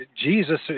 Jesus